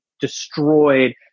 destroyed